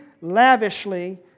lavishly